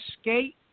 Skate